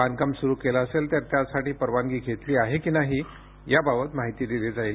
बांधकाम सुरू केले असेल तर त्यासाठी परवानगी घेतली आहे किंवा नाही याबाबत माहिती दिली जाईल